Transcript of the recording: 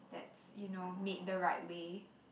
that's you know made the right way